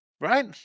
Right